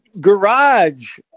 garage